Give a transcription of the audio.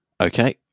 Okay